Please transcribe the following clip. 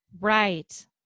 Right